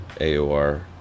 AOR